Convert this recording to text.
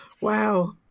wow